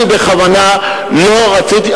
אני בכוונה לא רציתי,